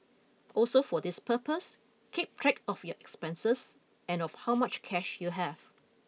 also for this purpose keep track of your expenses and of how much cash you have